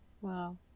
Wow